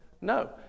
No